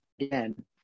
Again